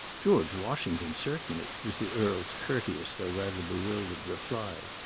george washington, certainly, was the earl's courteous though rather bewildered reply.